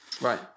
Right